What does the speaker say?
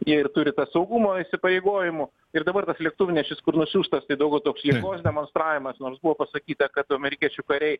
ir turi saugumo įsipareigojimų ir dabar tas lėktuvnešis kur nusiųstas tai daugiau toks jėgos demonstravimas nors buvo pasakyta kad amerikiečių kariai